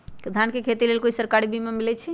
धान के खेती के लेल कोइ सरकारी बीमा मलैछई?